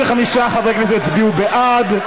85 חברי כנסת הצביעו בעד,